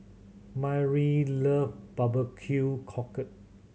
Myrl love barbecue cockle